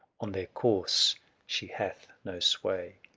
on their course she hath no sway,